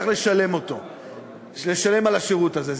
צריך לשלם על השירות הזה.